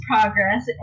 progress